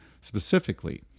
specifically